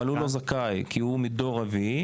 אבל הוא לא זכאי כי הוא מדור רביעי,